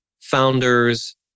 founders